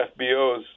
FBOs